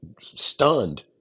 stunned